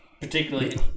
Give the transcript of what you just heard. particularly